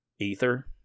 ether